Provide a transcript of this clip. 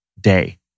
day